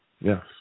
Yes